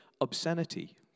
obscenity